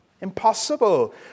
Impossible